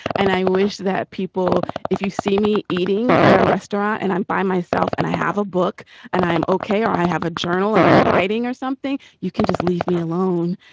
and i wish that people if you see me eating at a restaurant and i'm by myself and i have a book and i am okay or i have a journal and i'm writing or something, you can just leave me alone.